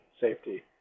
safety